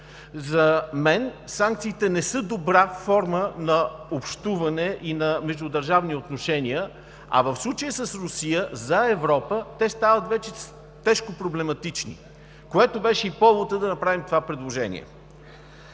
За мен те не са добра форма на общуване и на междудържавни отношения, а в случая с Русия за Европа те стават вече тежко проблематични, което беше и поводът да направим това предложение.